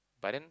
by then